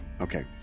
Okay